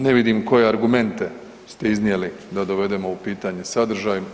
Ne vidim koje argumente ste iznijeli da dovedemo u pitanje sadržaj.